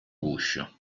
guscio